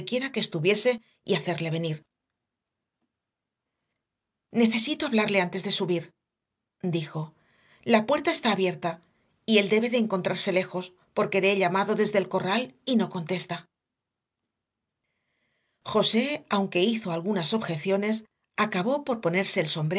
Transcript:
que estuviese y hacerle venir necesito hablarle antes de subir dijo la puerta está abierta y él debe de encontrarse lejos porque le he llamado desde el corral y no contesta josé aunque hizo algunas objeciones acabó por ponerse el